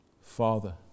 Father